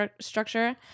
structure